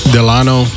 Delano